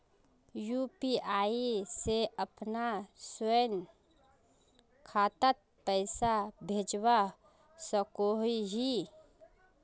UPI से अपना स्वयं खातात पैसा भेजवा सकोहो ही?